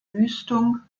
wüstung